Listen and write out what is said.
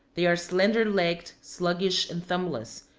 they are slender-legged, sluggish, and thumbless,